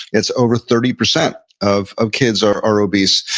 it's over thirty percent of of kids are are obese.